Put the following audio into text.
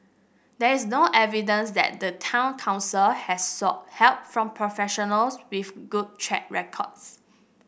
there is no evidence that the town council has sought help from professionals with good track records